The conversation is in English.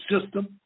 system